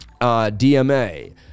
DMA